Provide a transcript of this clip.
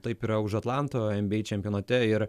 taip yra už atlanto nba čempionate ir